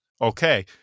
Okay